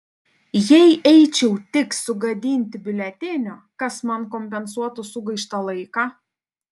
jei eičiau tik sugadinti biuletenio kas man kompensuotų sugaištą laiką